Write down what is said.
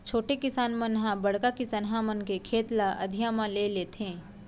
छोटे किसान मन ह बड़का किसनहा मन के खेत ल अधिया म ले लेथें